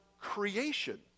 creation